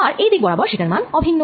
আর এই দিক বরাবর সেটার মান অভিন্ন